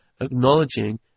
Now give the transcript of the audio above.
acknowledging